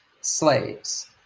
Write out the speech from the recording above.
slaves